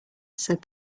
said